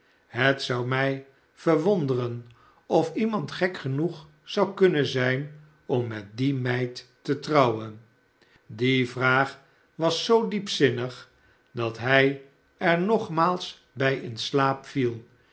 het zou mij verwonderen of iemand gek genoeg zou kunnen zijn om met die meid te trouwen die vraag was zoo diepzinnig dat hij er nogmaals bij in slaap viel